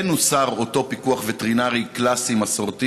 כן הוסר אותו פיקוח וטרינרי קלאסי מסורתי